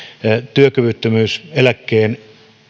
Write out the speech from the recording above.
työkyvyttömyyseläkkeen